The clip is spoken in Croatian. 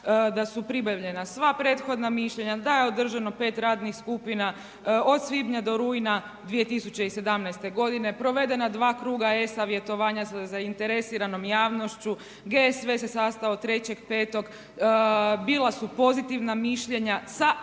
da su pribavljena sva prethodna mišljenja, da je održano pet radnih skupina od svibnja do rujna 2017. godine, provedena dva kruga e-savjetovanja sa zainteresiranom javnošću, GSV se sastao 3.5., bila su pozitivna mišljenja sa